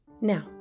Now